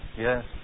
Yes